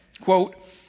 quote